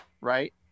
right